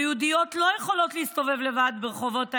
ויהודיות לא יכולות להסתובב לבד ברחובות העיר,